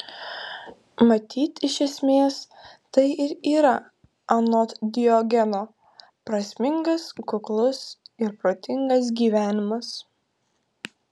matyt iš esmės tai ir yra anot diogeno prasmingas kuklus ir protingas gyvenimas